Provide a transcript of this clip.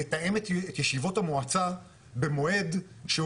לתאם את ישיבות המועצה במועד שהוא